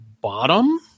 bottom